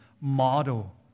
model